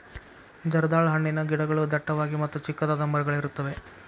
ಜರ್ದಾಳ ಹಣ್ಣಿನ ಗಿಡಗಳು ಡಟ್ಟವಾಗಿ ಮತ್ತ ಚಿಕ್ಕದಾದ ಮರಗಳಿರುತ್ತವೆ